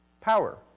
power